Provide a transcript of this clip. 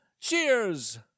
Cheers